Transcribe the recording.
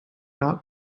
not